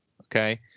Okay